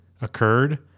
occurred